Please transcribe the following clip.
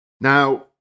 Now